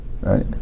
Right